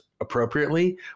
appropriately